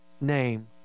name